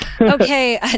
Okay